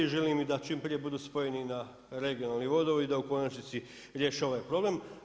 I želim im da čim prije budu spojeni na regionalni vodovod i da u konačnici riješe ovaj problem.